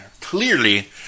clearly